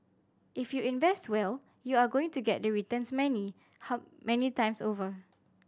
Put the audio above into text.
if you invest well you're going to get the returns many how many times over